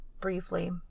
briefly